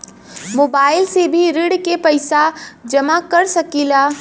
Mobile से भी ऋण के पैसा जमा कर सकी ला?